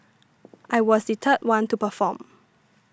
I was the third one to perform